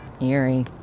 Eerie